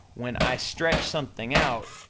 when i stretch something out,